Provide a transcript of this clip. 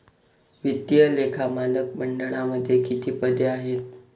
वित्तीय लेखा मानक मंडळामध्ये किती पदे आहेत?